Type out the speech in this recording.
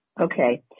Okay